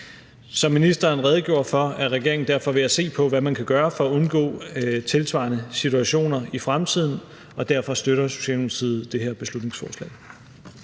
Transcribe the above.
Som ministeren redegjorde for, er regeringen derfor ved at se på, hvad man kan gøre for at undgå tilsvarende situationer i fremtiden, og derfor støtter Socialdemokratiet det her beslutningsforslag.